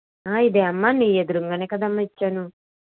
ఇదే అమ్మ నీ ఎదురుగానే కదమ్మా ఇచ్చాను